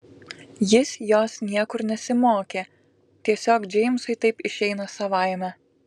jis jos niekur nesimokė tiesiog džeimsui taip išeina savaime